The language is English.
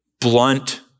blunt